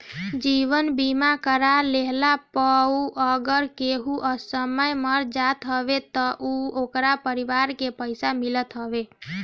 जीवन बीमा करा लेहला पअ अगर केहू असमय मर जात हवे तअ ओकरी परिवार के पइसा मिलत हवे